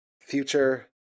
future